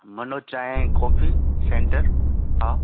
मनोज चांहि coffee centre हा